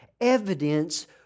evidence